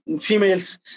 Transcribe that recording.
females